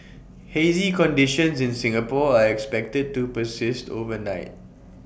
hazy conditions in Singapore are expected to persist overnight